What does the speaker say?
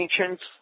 ancients